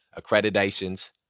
accreditations